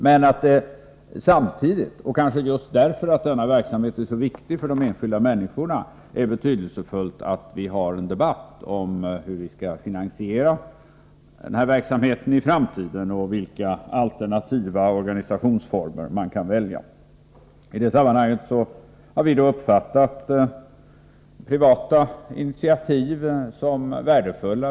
Men samtidigt, och kanske just för att denna verksamhet är så viktig för de enskilda människorna, är det betydelsefullt att vi har en debatt om hur vi skall finansiera den här verksamheten i framtiden och vilka alternativa organisationsformer man kan välja. I det sammanhanget har vi uppfattat privata initiativ som värdefulla.